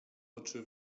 oczy